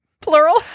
Plural